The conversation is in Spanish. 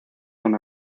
una